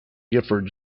gifford